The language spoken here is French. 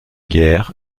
guerre